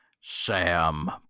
Sam